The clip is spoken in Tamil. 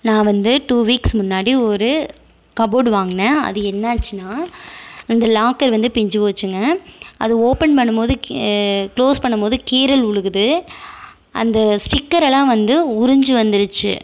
நான் வந்து டூ வீக்ஸ் முன்னாடி ஒரு கபோர்டு வாங்கின அது என்ன ஆச்சினால் அந்த லாக்கர் வந்து பிஞ்சு போச்சிங்கள் அது ஓப்பேன் பண்ணும்போது க்ளோஸ் பண்ணும்போது கீறல் விழுகுது அந்த ஸ்டிக்கர் எல்லாம் வந்து உறிஞ்சு வந்துடுச்சு